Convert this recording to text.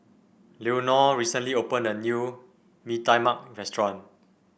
Leonore recently opened a new Mee Tai Mak restaurant